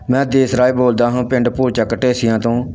ਮੈਂ ਦੇਸਰਾਜ ਬੋਲਦਾ ਹਾਂ ਪਿੰਡ ਭੂਲਚੱਕ ਢੇਸੀਆਂ ਤੋਂ